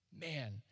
man